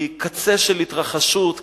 היא קצה של התרחשות,